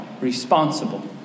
responsible